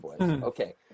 Okay